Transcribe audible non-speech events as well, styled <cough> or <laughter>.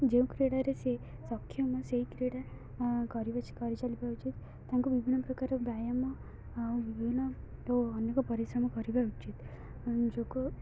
ଯେଉଁ କ୍ରୀଡ଼ାରେ ସେ ସକ୍ଷମ ସେଇ କ୍ରୀଡ଼ା କରି <unintelligible> ଉଚିତ୍ ତାଙ୍କୁ ବିଭିନ୍ନ ପ୍ରକାର ବ୍ୟାୟାମ ଆଉ ବିଭିନ୍ନ ଓ ଅନେକ ପରିଶ୍ରମ କରିବା ଉଚିତ୍ ଯୋଗ